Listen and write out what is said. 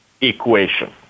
equation